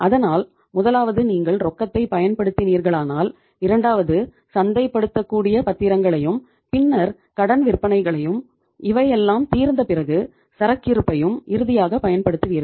அதனால் முதலாவது நீங்கள் ரொக்கத்தை பயன்படுத்தினீர்களானால் இரண்டாவது சந்தை படுத்தக்கூடிய பத்திரங்களையும் பின்னர் கடன் விற்பனைகளையும் இவையெல்லாம் தீர்ந்த பிறகு சரக்கிருபையும் இறுதியாக பயன்படுத்துவீர்கள்